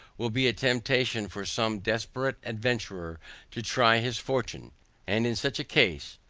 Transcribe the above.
will be a temptation for some desperate adventurer to try his fortune and in such a case,